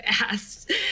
asked